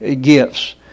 gifts